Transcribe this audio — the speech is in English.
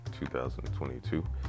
2022